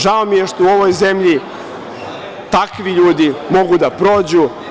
Žao mi je što u ovoj zemlji takvi ljudi mogu da prođu.